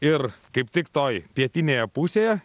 ir kaip tik toj pietinėje pusėje